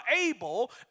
able